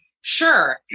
Sure